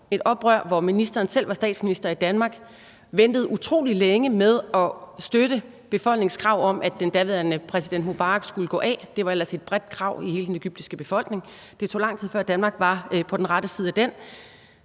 et tidspunkt, hvor ministeren selv var statsminister i Danmark og ventede utrolig længe med at støtte befolkningens krav om, at den daværende præsident Mubarak skulle gå af? Det var ellers et bredt krav i hele den egyptiske befolkning, og det tog lang tid, før Danmark var på den rette side af den.